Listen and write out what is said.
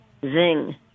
Zing